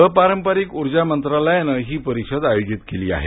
अपारंपरिक ऊर्जा मंत्रालायान ही परिषद आयोजित केली आहे